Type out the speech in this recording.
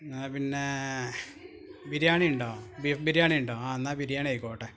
എന്നാൽ പിന്നെ ബിരിയാണി ഉണ്ടോ ബീഫ് ബിരിയാണി ഉണ്ടോ ആ എന്നാൽ ബിരിയാണി ആയിക്കോട്ടെ